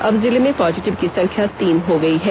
अब जिले में पॉजिटिव की संख्या तीन हो गई है